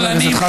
פולנים,